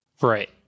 Right